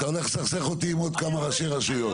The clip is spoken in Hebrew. אתה הולך לסכסך אותי עם עוד כמה ראשי רשויות.